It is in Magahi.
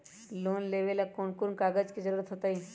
लोन लेवेला कौन कौन कागज के जरूरत होतई?